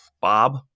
Bob